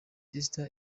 sister